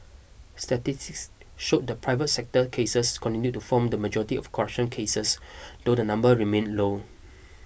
statistics showed that private sector cases continued to form the majority of corruption cases though the number remained low